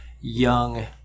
young